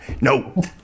No